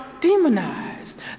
demonized